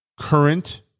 current